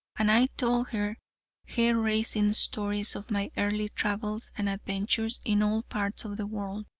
and i told her hair-raising stories of my early travels and adventures in all parts of the world.